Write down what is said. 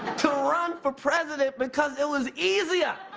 to run for president because it was easier.